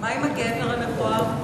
ומה עם הגבר המכוער?